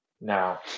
Now